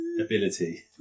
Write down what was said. ability